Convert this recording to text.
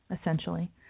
essentially